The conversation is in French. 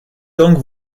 donc